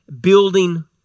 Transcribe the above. building